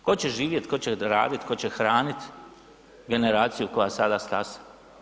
Tko će živjet, tko će radit, tko će hranit generaciju koja sada stasa?